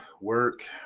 work